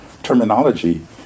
terminology